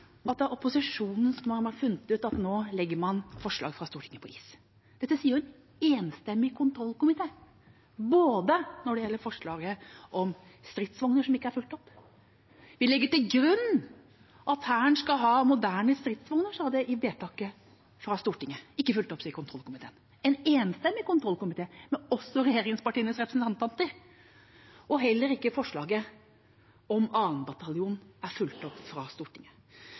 slik at det er opposisjonen som har funnet ut at nå legger man forslaget fra Stortinget på is. Dette sier jo en enstemmig kontrollkomité om forslaget om stridsvogner som ikke er fulgt opp. Vi legger til grunn at Hæren skal ha moderne stridsvogner, står det i vedtaket fra Stortinget. Det er ikke fulgt opp, sier kontrollkomiteen, en enstemmig kontrollkomité – også med regjeringspartienes representanter. Heller ikke forslaget om 2. bataljon er fulgt opp fra Stortinget.